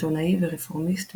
עיתונאי ורפורמיסט,